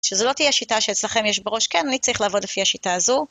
שזו לא תהיה השיטה שאצלכם יש בראש, כן, אני צריך לעבוד לפי השיטה הזו.